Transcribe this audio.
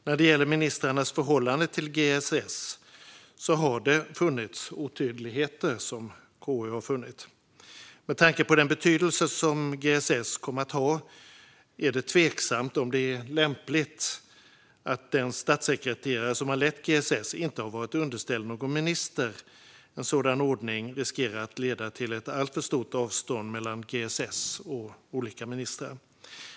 När det gäller ministrarnas förhållande till GSS har det enligt KU funnits otydligheter. Med tanke på den betydelse som GSS kom att ha är det tveksamt om det var lämpligt att den statssekreterare som ledde GSS inte verkar ha varit underställd någon minister. En sådan ordning riskerar att leda till ett alltför stort avstånd mellan GSS och olika ministrar.